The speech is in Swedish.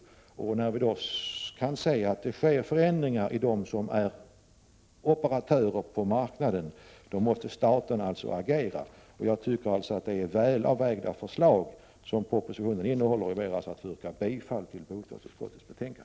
När vi då kan se att det sker förändringar bland dem som är operatörer på marknaden måste staten alltså agera. Jag tycker att det är väl avvägda förslag som propositionen innehåller och ber att få yrka bifall till bostadsutskottets hemställan.